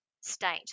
state